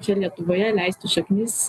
čia lietuvoje leisti šaknis